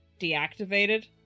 Deactivated